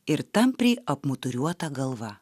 ir tampriai apmuturiuota galva